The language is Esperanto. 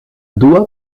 dua